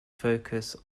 focus